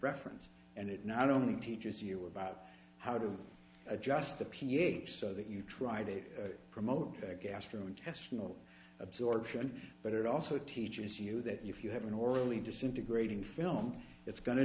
reference and it not only teaches you about how to adjust the ph so that you try to promote gastrointestinal absorption but it also teaches you that you have an orderly disintegrating film it's go